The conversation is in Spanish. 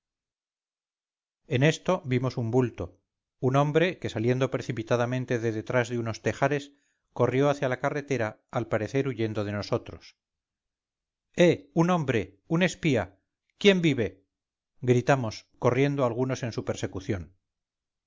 en esto vimos un bulto un hombre que saliendo precipitadamente de detrás de unos tejares corrió hacia la carretera al parecer huyendo de nosotros eh un hombre un espía quién vive gritamos corriendo algunos en su persecución